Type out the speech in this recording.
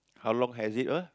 how long has it apa